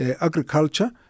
agriculture